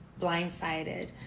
blindsided